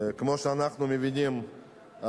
כמו שאנחנו מבינים,